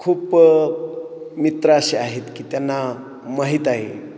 खूपं मित्र असे आहेत की त्यांना माहीत आहे